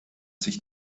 sich